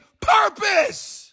purpose